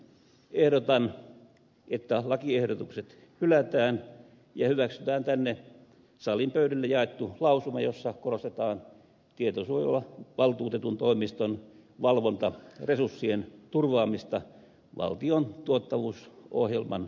ehdotan että lakiehdotukset hylätään ja hyväksytään tänne salin pöydille jaettu lausuma jossa korostetaan tietosuojavaltuutetun toimiston valvontaresurssien turvaamista valtion tuottavuusohjelman estämättä sitä